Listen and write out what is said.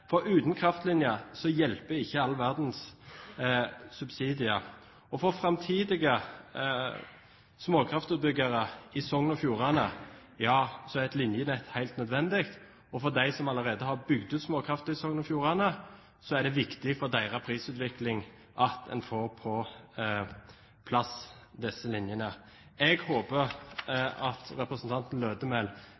For uten kraftlinjer hjelper ikke all verdens subsidier. For framtidige småkraftutbyggere i Sogn og Fjordane er et linjenett helt nødvendig. For dem som allerede har bygd ut småkraft i Sogn og Fjordane, er det viktig for deres prisutvikling at man får på plass disse linjene. Jeg håper